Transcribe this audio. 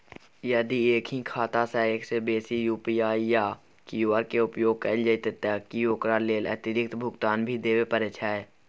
यदि एक ही खाता सं एक से बेसी यु.पी.आई या क्यू.आर के उपयोग कैल जेतै त की ओकर लेल अतिरिक्त भुगतान भी देबै परै छै?